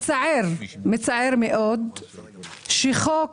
מצער מאוד שחוק